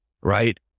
right